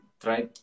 Try